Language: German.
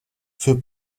für